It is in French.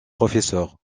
professeur